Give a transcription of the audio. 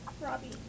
Robbie